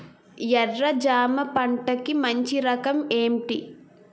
ఎర్ర జమ పంట కి మంచి రకం ఏంటి?